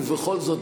ובכל זאת,